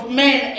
men